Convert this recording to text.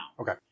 Okay